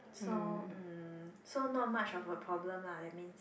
so um so not much of a problem lah that means